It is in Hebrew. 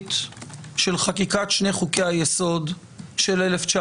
החוקתית של חקיקת שני חוקי-היסוד של 1992,